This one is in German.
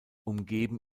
umgeben